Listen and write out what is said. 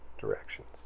directions